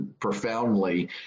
profoundly